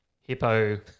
Hippo